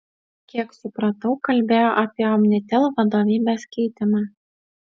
kiek supratau kalbėjo apie omnitel vadovybės keitimą